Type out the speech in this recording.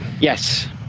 Yes